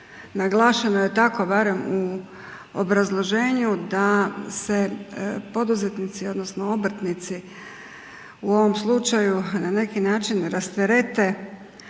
naglašeno je tako barem u obrazloženju da se poduzetnici odnosno obrtnici u ovom slučaju na neki način rasterete